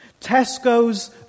Tesco's